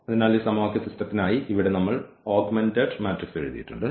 അതിനാൽ ഈ സമവാക്യ സിസ്റ്റത്തിനായി ഇവിടെ നമ്മൾ ഓഗ്മെന്റഡ് മാട്രിക്സ് എഴുതിയിട്ടുണ്ട്